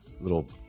little